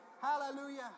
Hallelujah